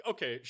Okay